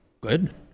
Good